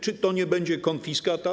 Czy to nie będzie konfiskata?